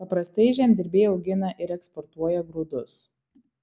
paprastai žemdirbiai augina ir eksportuoja grūdus